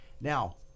Now